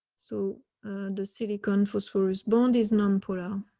so and the city confers for his bond is non pura